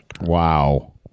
Wow